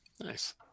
Nice